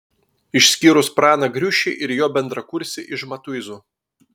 išskyrus praną griušį ir jo bendrakursį iš matuizų